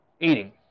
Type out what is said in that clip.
eating